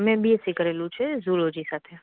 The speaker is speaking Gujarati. મેં બીએસસી કરેલું છે ઝૂલોજી સાથે